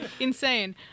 insane